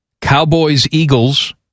Cowboys-Eagles